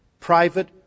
private